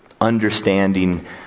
understanding